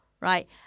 right